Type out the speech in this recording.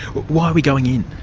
why are we going in?